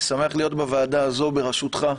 אני שמח להיות בוועדה הזאת בראשותך.